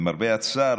למרבה הצער,